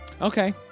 Okay